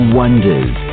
wonders